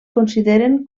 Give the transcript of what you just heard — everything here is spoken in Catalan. consideren